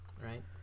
Right